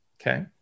okay